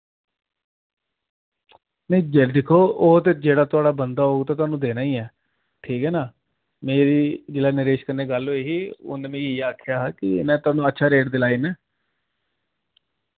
नेईं जद दिक्खो ओह् ते जेह्ड़ा थोआड़ा बनदा ओह् ते थोआनू देना ही ऐ ठीक ऐ ना मेरी जिल्ले नरेश कन्नै गल्ल होई ही उन मि इयै आखेया हा कि इनै थोआनू अच्छा रेट दिलाई ना